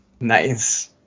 Nice